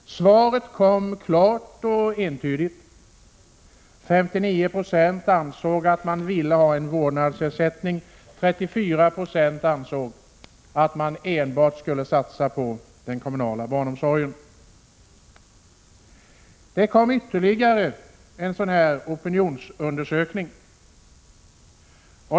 Svaret kom klart och entydigt: 59 96 ville ha en vårdnadsersättning. 34 96 ansåg att man enbart skulle satsa på den kommunala barnomsorgen. Det kom ytterligare en opinionsundersökning.